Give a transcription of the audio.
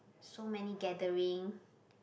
so many gathering